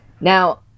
Now